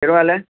कहिड़ो हालु आहे